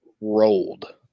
rolled